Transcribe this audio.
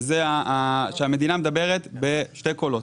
שהמדינה מדברת בשתי קולות.